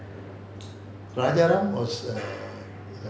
rajaram was um